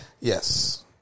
Yes